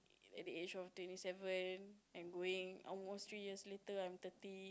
at the age of twenty seven and going almost three years later I'm thirty